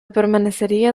permanecería